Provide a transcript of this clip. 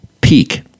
Peak